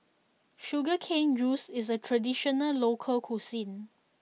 Sugar Cane Juice is a traditional local cuisine